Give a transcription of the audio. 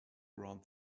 around